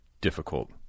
difficult